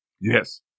Yes